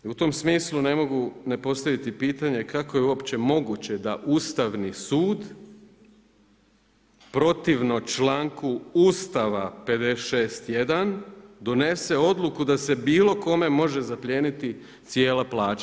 I u tom smislu ne mogu ne postaviti pitanje kako je uopće moguće da Ustavni sud protivno članku Ustava 56. 1. donese odluku da se bilo kome može zaplijeniti cijela plaća?